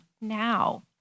now